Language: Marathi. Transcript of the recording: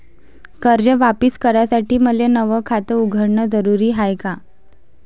कर्ज वापिस करासाठी मले नव खात उघडन जरुरी हाय का?